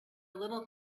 little